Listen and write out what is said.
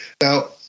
Now